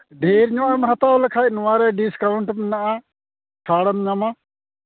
ᱰᱷᱮᱨ ᱧᱚᱜ ᱮᱢ ᱦᱟᱛᱟᱣ ᱞᱮᱠᱷᱟᱱ ᱱᱚᱣᱟ ᱨᱮ ᱰᱤᱥᱠᱟᱣᱩᱱᱴ ᱢᱮᱱᱟᱜᱼᱟ ᱪᱷᱟᱲᱮᱢ ᱧᱟᱢᱟ